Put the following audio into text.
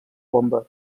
bomba